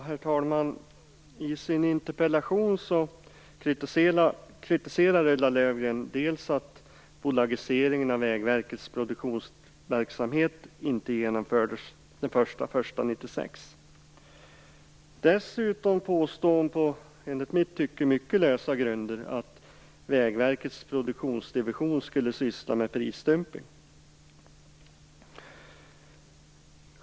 Herr talman! I sin interpellation kritiserar Ulla Dessutom påstår hon på enligt mitt tycke mycket lösa grunder att Vägverkets produktionsdivision skulle syssla med prisdumpning.